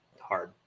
hard